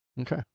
Okay